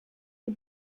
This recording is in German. die